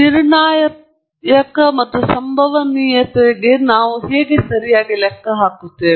ಆದ್ದರಿಂದ sigma B 1 hat ಮತ್ತು sigma ಬಾಂಟ್ನ್ನು ಸ್ಟ್ಯಾಂಡರ್ಡ್ ಎರರ್ಗಳು ಎಂದು ಕರೆಯುತ್ತಾರೆ ಇದು ನಾನು ಕೆಲವು ಸಿದ್ಧಾಂತದ ಮೂಲಕ ಲೆಕ್ಕಾಚಾರ ಮಾಡಿದೆ